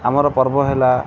ଆମର ପର୍ବ ହେଲା